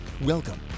Welcome